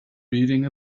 reading